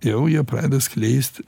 jau jie pradeda skleist